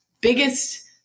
biggest